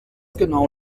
genau